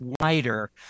wider